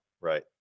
Right